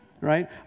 right